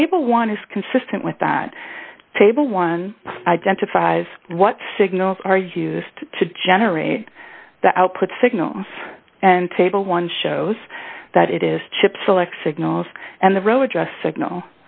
table want is consistent with that table one identifies what signals are used to generate the output signals and table one shows that it is chip select signals and the row address signal